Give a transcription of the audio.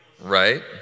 Right